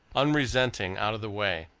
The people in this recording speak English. unresenting, out of the way,